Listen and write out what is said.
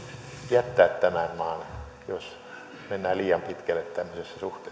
jättää tämän maan jos mennään liian pitkälle